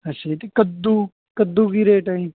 ਅੱਛਾ ਜੀ ਅਤੇ ਕੱਦੂ ਕੱਦੂ ਕੀ ਰੇਟ ਹੈ ਜੀ